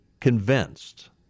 convinced